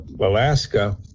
Alaska